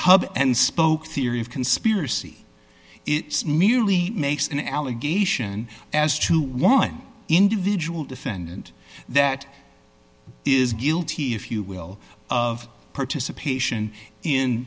hub and spoke theory of conspiracy it's merely makes an allegation as to one individual defendant that is guilty if you will of participation in